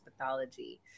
pathology